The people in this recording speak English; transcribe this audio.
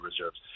reserves